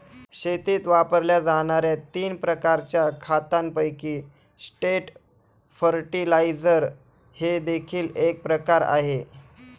शेतीत वापरल्या जाणार्या तीन प्रकारच्या खतांपैकी स्ट्रेट फर्टिलाइजर हे देखील एक प्रकार आहे